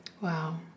Wow